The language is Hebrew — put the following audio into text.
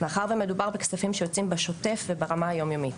מאחר ומדובר בכספים שיוצאים בשוטף וברמה היומיומית.